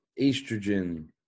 estrogen